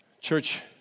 Church